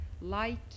light